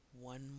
One